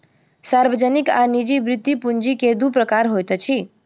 सार्वजनिक आ निजी वृति पूंजी के दू प्रकार होइत अछि